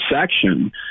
section